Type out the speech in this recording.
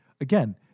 again